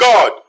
God